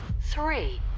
Three